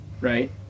right